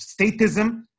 statism